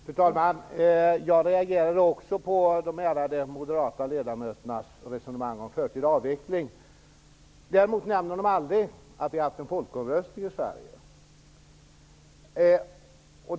Fru talman! Jag reagerade också på de ärade moderata ledamöternas resonemang om förtida avveckling. Däremot nämner de aldrig att vi har haft en folkomröstning i Sverige.